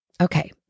Okay